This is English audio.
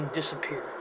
disappear